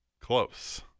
Close